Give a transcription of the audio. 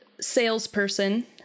salesperson